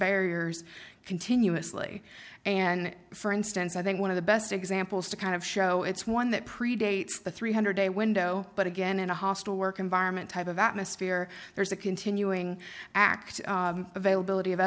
barriers continuously and for instance i think one of the best examples to kind of show it's one that predates the three hundred day window but again in a hostile work environment type of atmosphere there's a continuing act availability of